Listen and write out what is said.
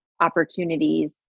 opportunities